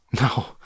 No